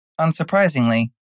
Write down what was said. Unsurprisingly